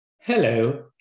Hello